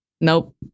Nope